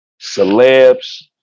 Celebs